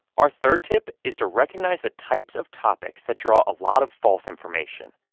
our third tip is to recognize the types of topics that draw a lot of false information,